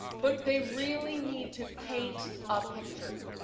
but they really need to paint a picture.